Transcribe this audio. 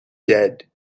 dead